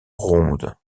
ronde